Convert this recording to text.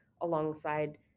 alongside